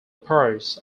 parts